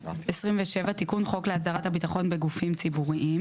תיקון חוק להסדרת הביטחון בגופים ציבוריים